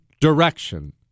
direction